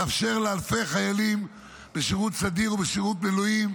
לאפשר לאלפי חיילים בשירות סדיר ובשירות מילואים,